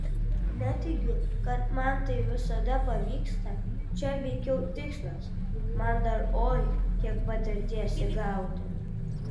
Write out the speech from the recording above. neteigiu kad man tai visada pavyksta čia veikiau tikslas man dar oi kiek patirties įgauti